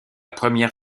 première